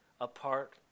apart